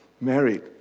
married